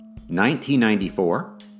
1994